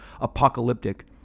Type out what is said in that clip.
apocalyptic